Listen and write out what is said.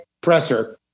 presser